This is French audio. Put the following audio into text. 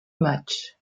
matchs